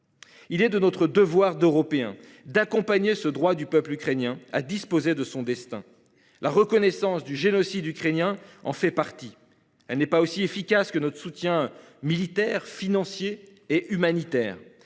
Il est de notre devoir d'Européens d'accompagner ce droit du peuple ukrainien à disposer de son destin. La reconnaissance du génocide ukrainien en fait partie. Elle n'est pas aussi efficace que notre soutien militaire, financier et humanitaire,